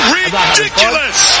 ridiculous